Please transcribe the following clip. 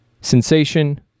Sensation